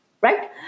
right